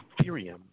Ethereum